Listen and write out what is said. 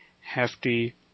hefty